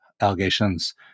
allegations